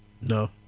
No